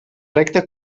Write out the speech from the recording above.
recta